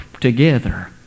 together